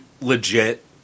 legit